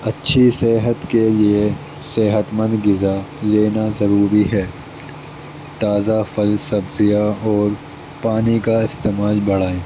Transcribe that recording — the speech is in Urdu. اچھی صحت کے لیے صحتمند غذا لینا ضروری ہے تازہ پھل سبزیاں اور پانی کا استعمال بڑھائیں